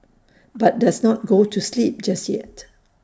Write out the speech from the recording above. but does not go to sleep just yet